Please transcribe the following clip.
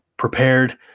prepared